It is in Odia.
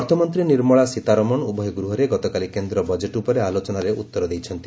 ଅର୍ଥମନ୍ତ୍ରୀ ନିର୍ମଳା ସୀତାରମଣ ଉଭୟ ଗୃହରେ ଗତକାଲି କେନ୍ଦ୍ର ବଜେଟ୍ ଉପରେ ଆଲୋଚନାର ଉତ୍ତର ଦେଇଛନ୍ତି